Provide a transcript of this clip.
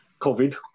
COVID